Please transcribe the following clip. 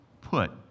put